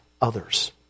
others